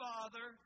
Father